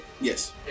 Yes